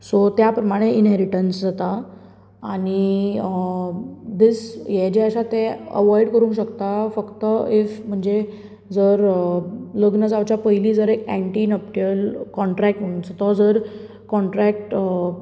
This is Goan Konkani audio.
सो त्या प्रमाणे इनहेरिटन्स जाता आनी दीस हें जें आसा तें अवोयड करूंक शकता फक्त इफ म्हणजे जर लग्ना जावच्या पयलीं जर एन्टी नपट्यल कॉनट्रेक्ट तो जर कॉनट्रेक्ट